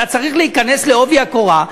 אתה צריך להיכנס בעובי הקורה,